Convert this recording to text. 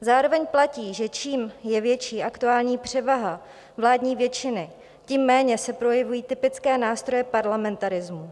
Zároveň platí, že čím je větší aktuální převaha vládní většiny, tím méně se projevují typické nástroje parlamentarismu.